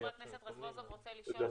חבר הכנסת רזבוזוב רוצה לשאול שאלה,